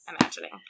imagining